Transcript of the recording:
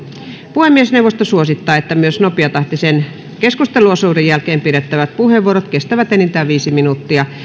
puhemiesneuvosto suosittaa että myös nopeatahtisen keskusteluosuuden jälkeen pidettävät puheenvuorot kestävät enintään viisi minuuttia